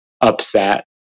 upset